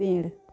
पेड़